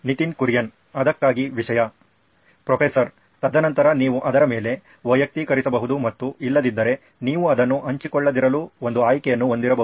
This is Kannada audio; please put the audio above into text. ನಿತಿನ್ ಕುರಿಯನ್ ಅದಕ್ಕಾಗಿ ವಿಷಯ ಪ್ರೊಫೆಸರ್ ತದನಂತರ ನೀವು ಅದರ ಮೇಲೆ ವೈಯಕ್ತೀಕರಿಸಬಹುದು ಮತ್ತು ಇಲ್ಲದಿದ್ದರೆ ನೀವು ಅದನ್ನು ಹಂಚಿಕೊಳ್ಳದಿರಲು ಒಂದು ಆಯ್ಕೆಯನ್ನು ಹೊಂದಿರಬಹುದು